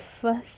first